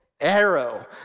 arrow